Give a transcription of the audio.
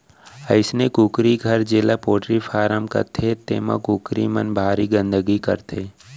अइसने कुकरी घर जेला पोल्टी फारम कथें तेमा कुकरी मन भारी गंदगी करथे